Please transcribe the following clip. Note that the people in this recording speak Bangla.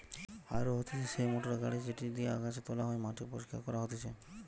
হাররো হতিছে সেই মোটর গাড়ি যেটি দিয়া আগাছা তোলা হয়, মাটি পরিষ্কার করা হতিছে ইত্যাদি